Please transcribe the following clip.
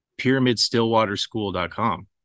pyramidstillwaterschool.com